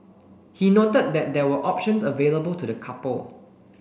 he noted that there were options available to the couple